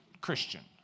Christian